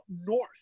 north